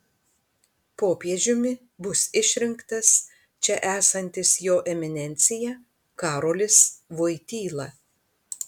popiežiumi bus išrinktas čia esantis jo eminencija karolis voityla